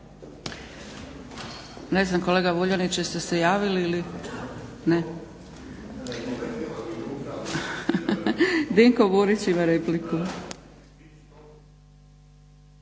Ne znam kolega Vuljanić jel ste se javili ili ne? Dinko Burić ima repliku.